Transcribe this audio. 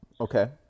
Okay